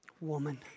Woman